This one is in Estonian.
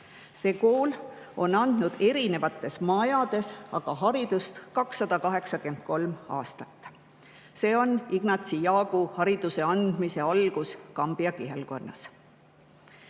See kool on andnud erinevates majades haridust 283 aastat. See on Ignatsi Jaagu hariduse andmise algus Kambja kihelkonnas.